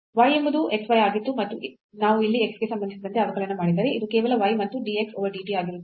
z ಎಂಬುದು x y ಆಗಿತ್ತು ಮತ್ತು ನಾವು ಇಲ್ಲಿ x ಗೆ ಸಂಬಂಧಿಸಿದಂತೆ ಅವಕಲನ ಮಾಡಿದರೆ ಇದು ಕೇವಲ y ಮತ್ತು dx over dt ಆಗಿರುತ್ತದೆ